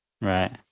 Right